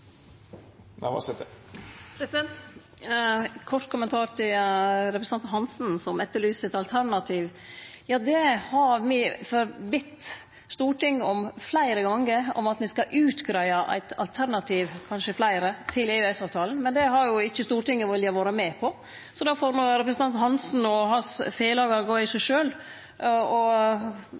ein kort kommentar til representanten Hansen, som etterlyste eit alternativ. Me har fleire gonger bedt Stortinget om at me skal utgreie eit alternativ, kanskje fleire, til EØS-avtalen. Men det har ikkje Stortinget vilja vore med på. Så representanten Hansen og felagane hans får gå i seg sjølve og